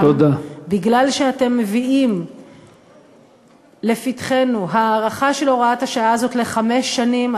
משום שאתם מביאים לפתחנו הארכה של הוראת השעה הזאת לחמש שנים,